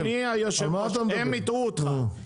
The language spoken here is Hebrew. אדוני היו"ר, הם הטעו אותך.